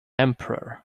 emperor